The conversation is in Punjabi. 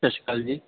ਸਤਿ ਸ਼੍ਰੀ ਅਕਾਲ ਜੀ